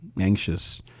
anxious